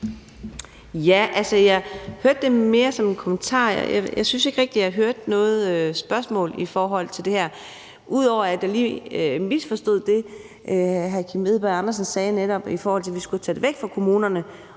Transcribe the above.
Jeg hørte det mere som en kommentar. Jeg synes ikke rigtig, jeg hørte noget spørgsmål i forhold til det her, ud over at jeg lige misforstod det, hr. Kim Edberg Andersen sagde, i forhold til at vi skulle tage det væk fra kommunerne.